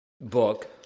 book